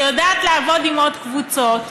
שיודעת לעבוד עם עוד קבוצות,